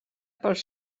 pels